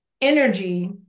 energy